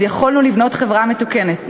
אז יכולנו לבנות חברה מתוקנת,